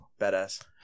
badass